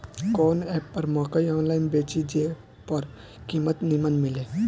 कवन एप पर मकई आनलाइन बेची जे पर कीमत नीमन मिले?